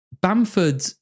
Bamford